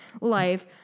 life